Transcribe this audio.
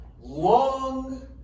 long